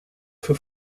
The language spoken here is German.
für